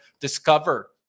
Discover